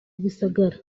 gisagara